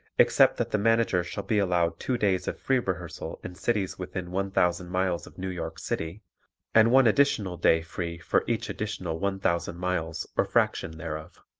except that the manager shall be allowed two days of free rehearsal in cities within one thousand miles of new york city and one additional day free for each additional one thousand miles or fraction thereof.